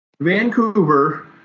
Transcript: Vancouver